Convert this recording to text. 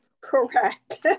Correct